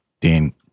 Dan